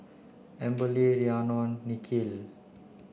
Amberly Rhiannon Nikhil